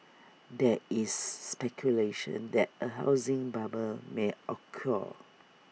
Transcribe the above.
there is speculation that A housing bubble may occur